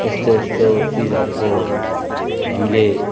एस्तो एस्तो चिजहरूको हामीले